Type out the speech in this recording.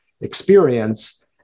experience